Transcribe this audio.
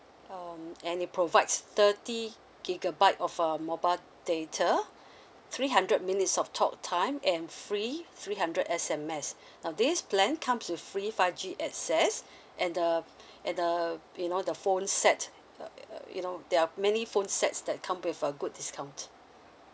um and it provides thirty gigabyte of a mobile data three hundred minutes of talk time and free three hundred S_M_S uh this plan comes with free five g access and the and the you know the phone set uh you know there are many phone sets that come with a good discount